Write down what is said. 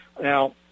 Now